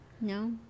No